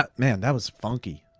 um man, that was funky.